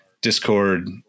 discord